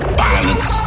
violence